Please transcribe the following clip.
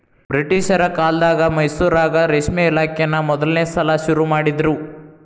ಬ್ರಿಟಿಷರ ಕಾಲ್ದಗ ಮೈಸೂರಾಗ ರೇಷ್ಮೆ ಇಲಾಖೆನಾ ಮೊದಲ್ನೇ ಸಲಾ ಶುರು ಮಾಡಿದ್ರು